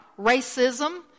racism